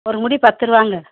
ஒரு மூடி பத்துருபாங்க